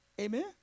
Amen